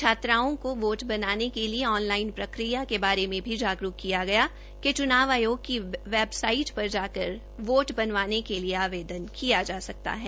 छात्राओं को वोट बनाने के लिए ऑन लाइन प्रक्रिया के बारे में भी जागरूक किया गया कि च्नाव आयोग की वेबसाइट पर जाकर वोट बनवाने के लिए आवेदन किया जासकता है